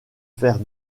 faire